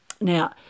Now